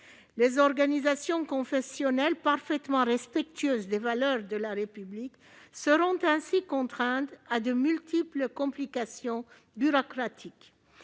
Les organisations confessionnelles parfaitement respectueuses des valeurs de la République seront ainsi soumises à de multiples complications bureaucratiques.